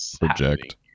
project